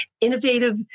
innovative